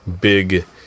big